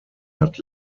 hat